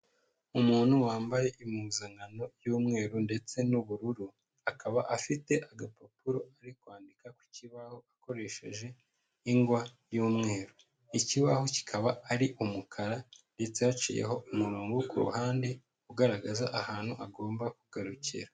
Umuntu wambaye impuzankano y'umweru ndetse n'ubururu, akaba afite agapapuro ari kwandika ku kibaho akoresheje ingwa y'umweru, ikibaho kikaba ari umukara ndetse haciyeho umurongo ku ruhande ugaragaza ahantu agomba kugarukira.